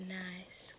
nice